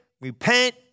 repent